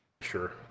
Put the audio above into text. sure